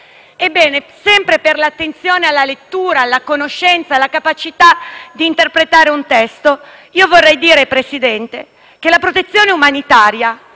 Ebbene, sempre per l'attenzione alla lettura, alla conoscenza, alla capacità di interpretare un testo, io vorrei dire, signor Presidente, che la protezione umanitaria